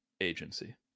agency